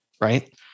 right